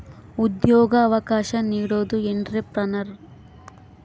ಉದ್ಯೋಗ ಅವಕಾಶ ನೀಡೋದು ಎಂಟ್ರೆಪ್ರನರ್